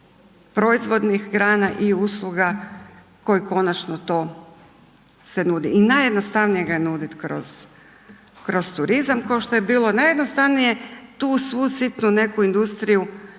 proizvodnih grana i usluga koji konačno to se nude i najjednostavnije ga je nuditi kroz turizam kao što je bilo najjednostavnije tu svu sitnu neku industriju